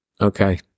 okay